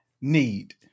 Need